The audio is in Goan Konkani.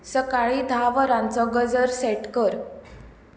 सकाळीं धा वरांचो गजर सेट कर